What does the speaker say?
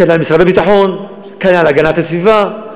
כנ"ל משרד הביטחון, כנ"ל הגנת הסביבה.